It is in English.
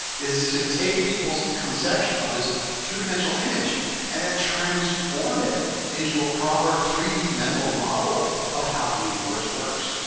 is to take people's conception of this two dimensional image and then transform it into a proper three d mental model of how the universe works.